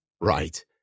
Right